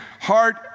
heart